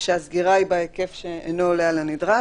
ושהסגירה היא בהיקף שאינו עולה על הנדרש.